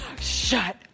Shut